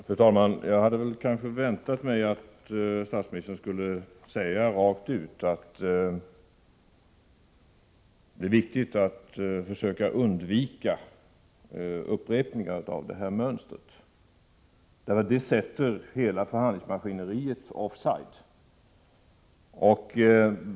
Fru talman! Jag hade kanske väntat mig att statsministern skulle säga rakt ut att det är viktigt att försöka undvika upprepningar av det här mönstret. Det placerar nämligen hela förhandlingsmaskineriet ”off side”.